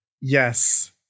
Yes